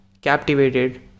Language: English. captivated